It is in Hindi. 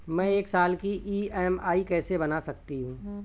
मैं एक साल की ई.एम.आई कैसे बना सकती हूँ?